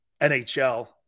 NHL